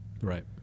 Right